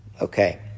Okay